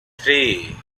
three